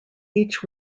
each